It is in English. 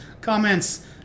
comments